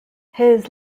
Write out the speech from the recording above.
his